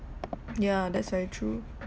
yeah that's very true